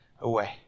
away